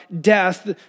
death